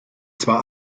zwar